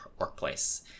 workplace